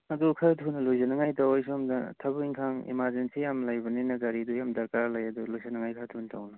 ꯑꯗꯨ ꯈꯔ ꯊꯨꯅ ꯂꯣꯏꯁꯅꯉꯥꯏ ꯇꯧ ꯑꯩ ꯁꯣꯝꯗ ꯊꯕꯛ ꯏꯟꯈꯥꯡ ꯑꯦꯃꯥꯔꯖꯦꯟꯁꯤ ꯌꯥꯝ ꯂꯩꯕꯅꯤꯅ ꯒꯥꯔꯤꯗꯨ ꯌꯥꯝ ꯗꯔꯀꯥꯔ ꯂꯩ ꯑꯗꯨ ꯂꯣꯏꯁꯟꯅꯉꯥꯏ ꯈꯔ ꯊꯨꯅ ꯇꯧꯅꯦ